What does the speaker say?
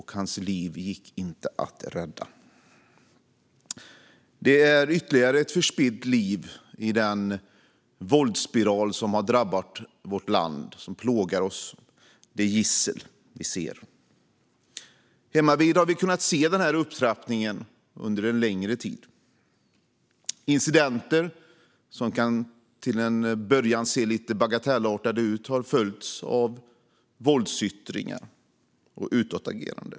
Hans liv gick inte att rädda. Detta är ytterligare ett förspillt liv i den våldsspiral som har drabbat vårt land och som plågar oss - det gissel vi ser. Hemmavid har vi kunnat se den här upptrappningen under en längre tid. Incidenter som till en början kan se bagatellartade ut har följts av våldsyttringar och utagerande.